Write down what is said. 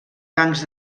bancs